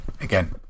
again